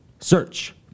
search